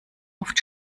oft